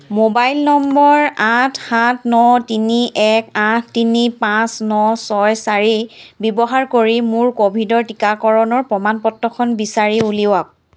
mobile number আঠ সাত ন তিনি এক আঠ তিনি পাঁচ ন ছয় চাৰি ব্যৱহাৰ কৰি মোৰ ক'ভিডৰ টীকাকৰণৰ প্ৰমাণ পত্ৰখন বিচাৰি উলিয়াওক